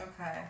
Okay